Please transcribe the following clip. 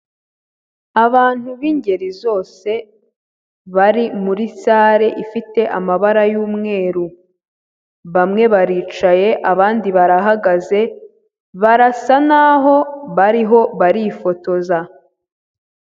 Abantu b'ingeri zose, bari muri sare ifite amabara y'umweru, bamwe baricaye, abandi barahagaze, barasa n'aho bariho barifotoza.